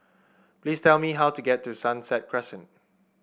please tell me how to get to Sunset Crescent